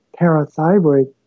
parathyroid